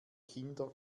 kinder